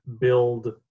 build